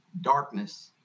darkness